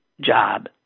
job